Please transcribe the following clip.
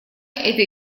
это